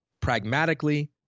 pragmatically